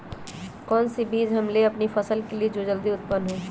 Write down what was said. कौन सी बीज ले हम अपनी फसल के लिए जो जल्दी उत्पन हो?